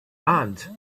hand